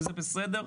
וזה בסדר.